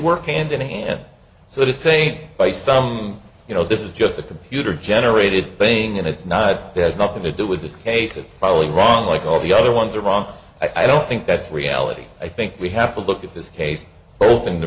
work and any so to say by some you know this is just a computer generated thing and it's not there's nothing to do with this case it's probably wrong like all the other ones are wrong i don't think that's reality i think we have to look at this case